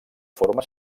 forma